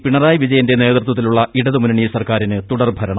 പിണറായി വിജയന്റെ നേതൃത്വത്തിലുള്ള ഇടതു മുന്നണി സർക്കാരിന് തുടർഭരണം